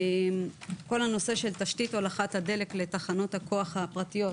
כל הנושא של תשתית הולכת הדלק לתחנות הכוח הפרטיות,